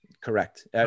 correct